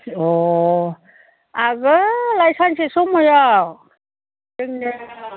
अह आगोलहाय सानसे समाव जोंनियाव